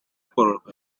kororoka